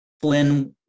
Flynn